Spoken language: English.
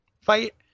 fight